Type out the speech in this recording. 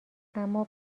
اما